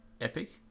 Epic